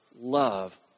love